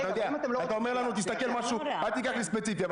אל תיקח ספציפית.